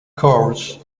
course